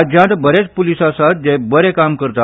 राज्यात बरेच प्लीस आसात जे बरे काम करतात